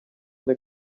the